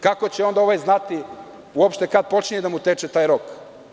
Kako će onda ovaj znati uopšte kada počinje da mu teče taj rok?